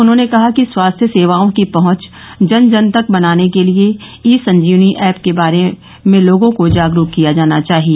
उन्होंने कहा कि स्वास्थ्य सेवाओं की पहच जन जन तक बनाने के लिये ई संजीवनी ऐप के प्रति लोगों को जागरूक किया जाना चाहिए